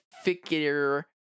figure